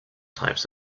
types